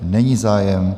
Není zájem.